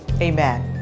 Amen